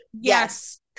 Yes